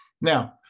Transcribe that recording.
Now